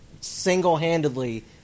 single-handedly